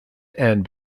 and